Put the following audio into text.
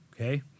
Okay